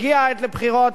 הגיעה העת לבחירות,